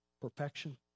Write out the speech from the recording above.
perfection